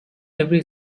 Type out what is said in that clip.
every